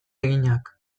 eginak